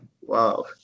Wow